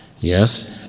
yes